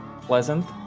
pleasant